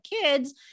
kids